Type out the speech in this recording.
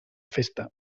festa